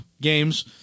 games